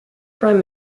prime